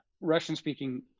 Russian-speaking